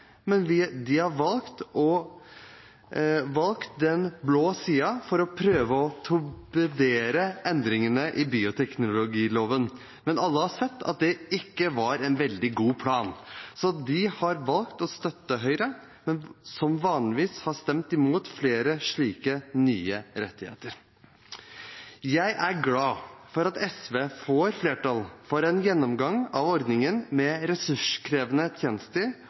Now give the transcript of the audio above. men de har valgt den blå siden for å prøve å torpedere endringene i bioteknologiloven. Men alle har sett at det ikke var en veldig god plan, så de har valgt å støtte Høyre, som vanligvis har stemt imot flere slike nye rettigheter. Jeg er glad for at SV får flertall for en gjennomgang av ordningen med ressurskrevende tjenester